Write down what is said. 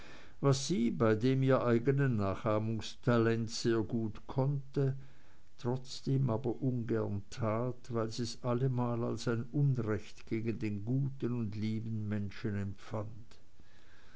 was sie bei dem ihr eigenen nachahmungstalent sehr gut konnte trotzdem aber ungern tat weil sie's allemal als ein unrecht gegen den guten und lieben menschen empfand